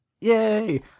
Yay